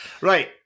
Right